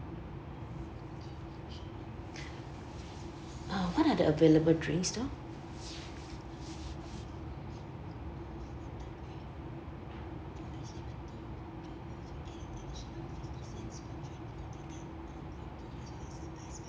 uh what are the available drinks now